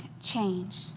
change